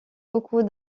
beaucoup